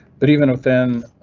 but even within,